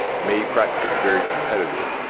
made practices very competitive.